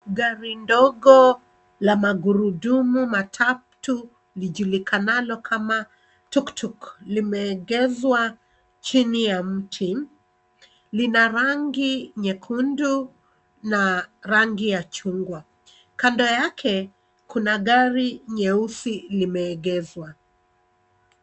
Gari dogo la magurudumu matatu lijulikanalo kama tuktuk limeegeshwa chini ya mti. Lina rangi nyekundu na rangi ya chungwa. Kando yake kuna gari nyeusi limeegeshwa.